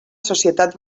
societat